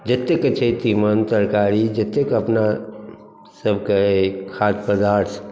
जतेक छै तिमन तरकारी जतेक अपना सभके अइ खाद्य पदार्थ